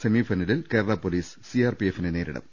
semi ഫൈനലിൽ Kerala police സിആർപിഎഫിനെ നേരിടും